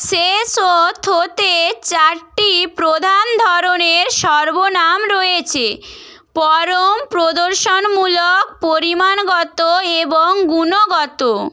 সেসোথোতে চারটি প্রধান ধরনের সর্বনাম রয়েছে পরম প্রদর্শনমূলক পরিমাণগত এবং গুণগত